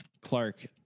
clark